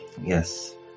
Yes